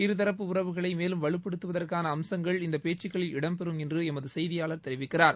இருதரப்பு உறவுகளை மேலும் வலுப்படுத்துவதற்கான அம்சங்கள் இந்த பேச்சுக்களில் இடம்பெறம் என்று எமது செய்தியாளர் தெரிவிக்கிறார்